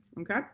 okay